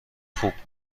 خوب